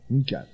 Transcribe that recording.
Okay